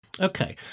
Okay